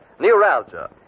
neuralgia